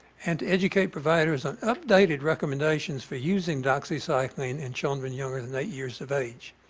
and educate providers an updated recommendations for using doxycycline in children younger than eight years of age.